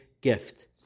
gift